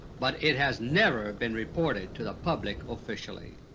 but it has never been reported to the public officially.